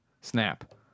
Snap